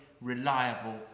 reliable